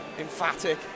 emphatic